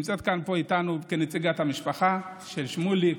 איתנו כנציגת המשפחה, של שמוליק,